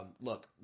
Look